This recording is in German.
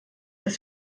das